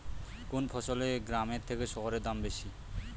কোন ফসলের গ্রামের থেকে শহরে দাম বেশি?